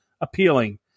appealing